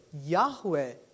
Yahweh